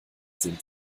sind